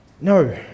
No